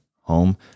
home